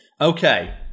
Okay